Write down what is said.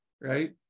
right